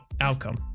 outcome